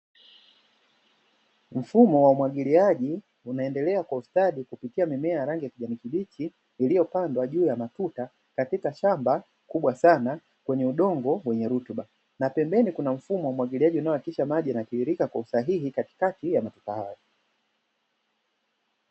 Mfumo wa umwagiliaji unaendelea kwa ustadi kupitia mimea ya rangi ya Kijani kibichi iliyopandwa juu ya matuta katika shamba kubwa sana kwenye udongo wenye rutuba ,na pembeni kuna mfumo wa umwagiliaji unayohakikisha maji yanatiririka kwa usahihi katikati ya matuta hayo.